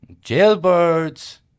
Jailbirds